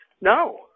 No